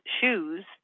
shoes